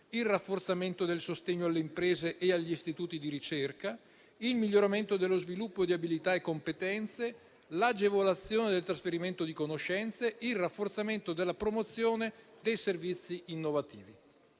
il rafforzamento del sostegno alle imprese e agli istituti di ricerca, il miglioramento dello sviluppo di abilità e competenze, l'agevolazione del trasferimento di conoscenze, il rafforzamento della promozione dei servizi innovativi.